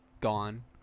gone